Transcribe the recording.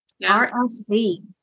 RSV